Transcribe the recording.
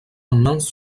immense